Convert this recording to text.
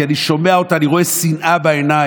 כי כשאני שומע אותה אני רואה שנאה בעיניים.